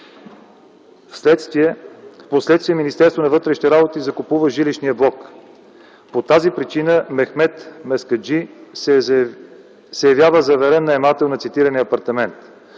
Впоследствие Министерството на вътрешните работи закупува жилищният блок. По тази причина Мехмед Мускаджи се явява заварен наемател на цитирания апартамент.